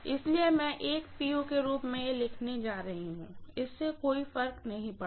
इसलिए मैं pu के रूप में यह लिखने जा रही हूँ कि इससे कोई फर्क नहीं पड़ता